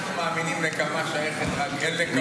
אנחנו מאמינים שנקמה שייכת רק לאל נקמות השם.